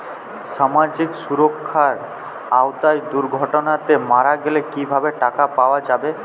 সামাজিক সুরক্ষার আওতায় দুর্ঘটনাতে মারা গেলে কিভাবে টাকা পাওয়া যাবে?